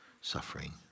suffering